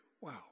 Wow